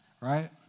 right